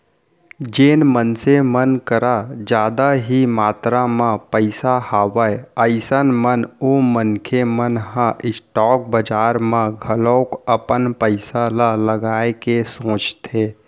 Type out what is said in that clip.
जेन मनसे मन कर जादा ही मातरा म पइसा हवय अइसन म ओ मनखे मन ह स्टॉक बजार म घलोक अपन पइसा ल लगाए के सोचथे